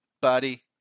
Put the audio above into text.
buddy